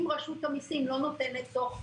אם רשות המסים לא נותנת דוח,